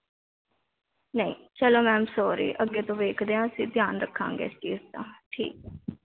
ਨਹੀਂ ਚਲੋ ma'am sorry ਅੱਗੇ ਤੋਂ ਵੇਖਦੇ ਹਾਂ ਅਸੀਂ ਧਿਆਨ ਰੱਖਾਂਗੇ ਇਸ ਚੀਜ਼ ਦਾ ਠੀਕ ਹੈ